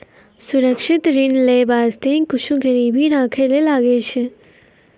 सुरक्षित ऋण लेय बासते कुछु गिरबी राखै ले लागै छै